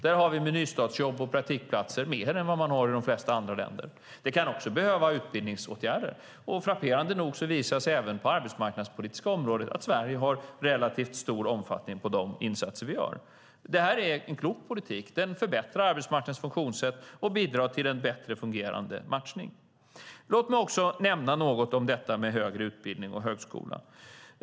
Där har vi med nystartsjobb och praktikplatser mer än vad man har i de flesta andra länder. Det kan också behövas utbildningsåtgärder. Och frapperande nog visar det sig även på det arbetsmarknadspolitiska området att vi i Sverige har relativt stor omfattning på de insatser vi gör. Det här är en klok politik. Den förbättrar arbetsmarknadens funktionssätt och bidrar till en bättre fungerande matchning. Låt mig också nämna något om detta med högre utbildning och högskola.